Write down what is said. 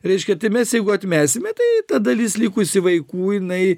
reiškia tai mes jeigu atmesime tai ta dalis likusi vaikų jinai